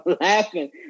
laughing